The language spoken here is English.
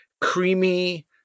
creamy